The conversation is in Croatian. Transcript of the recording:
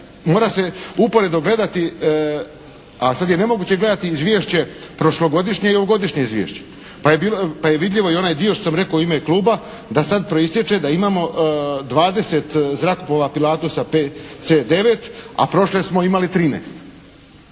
mora se uporedo gledati, ali sad je nemoguće gledati izvješće prošlogodišnje i ovogodišnje izvješće. Pa je vidljivo i onaj dio što sam rekao u ime kluba, da sad proistječe da imamo 20 zrakoplova …/Govornik se ne razumije./… PC-9, a prošle smo imali 13.